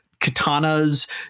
katanas